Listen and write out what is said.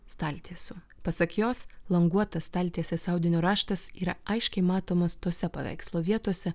staltiesių pasak jos languotas staltiesės audinio raštas yra aiškiai matomas tose paveikslo vietose